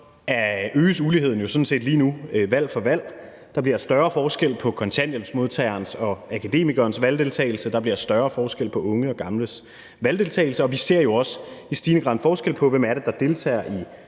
øges uligheden sådan set lige nu valg for valg. Der bliver større forskel på kontanthjælpsmodtagerens og akademikerens valgdeltagelse, der bliver større forskel på unge og gamles valgdeltagelse, og vi ser jo også i stigende grad en forskel på, hvem det er, der deltager i